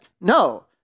No